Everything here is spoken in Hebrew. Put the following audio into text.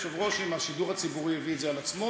שואל היושב-ראש אם השידור הציבורי הביא את זה על עצמו?